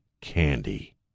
candy